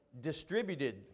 distributed